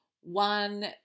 One